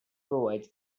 provides